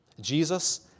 Jesus